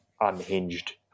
unhinged